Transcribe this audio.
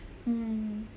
mm